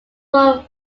four